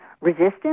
resistance